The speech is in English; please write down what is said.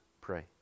pray